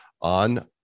on